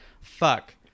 Fuck